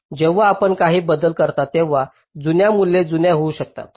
जेव्हा आपण काही बदल करता तेव्हा जुन्या मूल्ये जुन्या होऊ शकतात